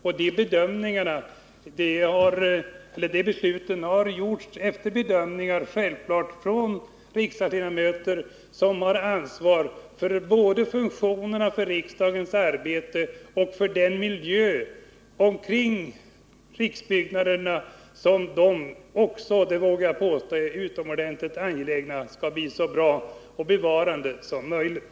Och de besluten har man självfallet kommit fram till efter bedömningar från riksdagsledamöter som känner ett ansvar både för riksdagens arbete och för miljön omkring riksbyggnaderna. Jag vågar också påstå att de är utomordentligt angelägna om att den skall bli så väl bevarad och levande som möjligt.